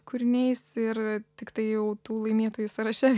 kūriniais ir tiktai jau tų laimėtojų sąraše